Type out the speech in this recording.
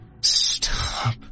Stop